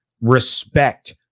respect